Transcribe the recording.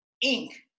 ink